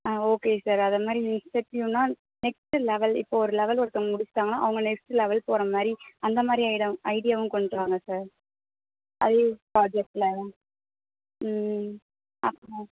ஆ okay sir அதை மாதிரி இன்சென்டிவ்னா நெக்ஸ்ட்டு லெவல் இப்போ ஒரு லெவல் ஒருத்தவங்க முடிச்சிட்டாங்கன்னா அவங்க நெக்ஸ்ட்டு லெவல் போகிற மாதிரி அந்த மாதிரி ஏதா ஐடியாவும் கொண்டு வாங்க சார் ஹை ப்ராஜெக்ட்டில் ம் அப்புறோம்